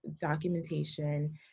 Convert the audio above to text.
documentation